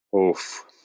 Oof